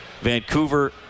Vancouver